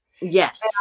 Yes